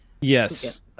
Yes